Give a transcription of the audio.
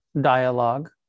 dialogue